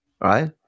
right